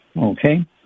Okay